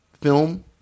film